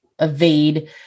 Evade